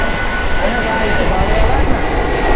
اَہن حظ آ یہِ چھُ بالٲیی علاقہٕ نہ